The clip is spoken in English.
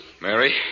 Mary